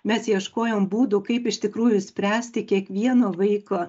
mes ieškojom būdų kaip iš tikrųjų spręsti kiekvieno vaiko